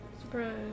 Surprise